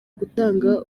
gutanga